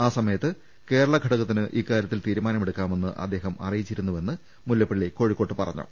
ആ സമയത്ത് കേരളഘടകത്തിന് ഇക്കാര്യത്തിൽ തീരുമാനമെടുക്കാമെന്ന് അദ്ദേഹം അറിയിച്ചിരുന്നുവെന്ന് മുല്ലപ്പള്ളി കോഴിക്കോട്ട് പറ ഞ്ഞു